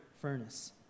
furnace